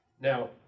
Now